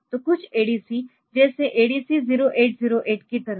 तो कुछ ADC जैसे ADC 0808 की तरह